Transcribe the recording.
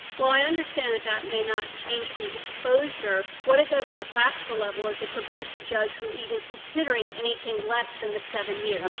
well, i understand that that may not change the exposure. what it does on and a practical level is it prevents the judge from even considering anything less than the seven years.